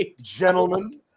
gentlemen